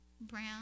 brown